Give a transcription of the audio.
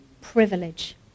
privilege